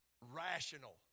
Rational